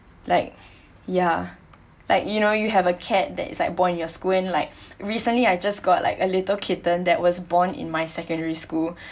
like ya like you know you have a cat that's like born in your school like recently I just got like a little kitten that was born in my secondary school